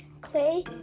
Clay